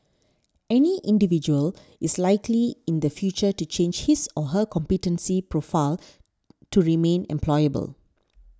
any individual is likely in the future to change his or her competence profile to remain employable